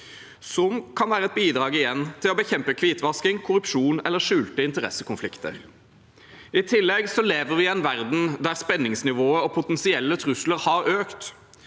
kan være et bidrag til å bekjempe hvitvasking, korrupsjon eller skjulte interessekonflikter. I tillegg lever vi i en verden der spenningsnivået og potensielle trusler har økt.